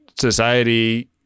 society